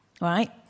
right